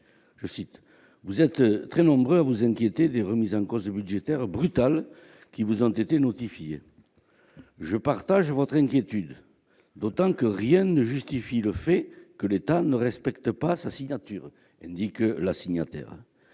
dernier :« Vous êtes très nombreux à vous inquiéter des remises en cause budgétaires brutales qui vous ont été notifiées. Je partage votre inquiétude, d'autant que rien ne justifie le fait que l'État ne respecte pas sa signature. En effet, je viens